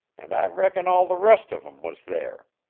and i reckon all the rest of em, was there.